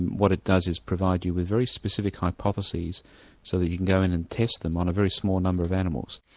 what it does is provide you with very specific hypotheses so that you can go in and test them on a very small number of animals.